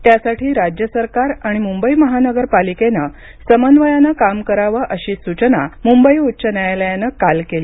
त्यासाठी राज्य सरकार आणि मुंबई महानगरपालिकेनं समन्वयानं काम करावं अशी सूचना मुंबई उच्च न्यायालयानं काल केली